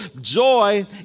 Joy